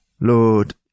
Lord